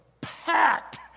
packed